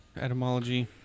etymology